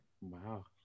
Wow